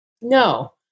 No